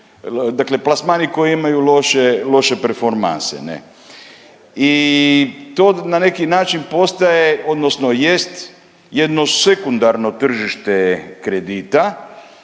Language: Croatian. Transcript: dakle plasmani koji imaju loše performanse, ne. I to na neki način postaje, odnosno jest jedno sekundarno tržište kredita,